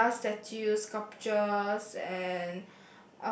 Buddha statues sculptures and